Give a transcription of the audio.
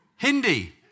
Hindi